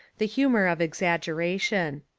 the humour of exaggeration.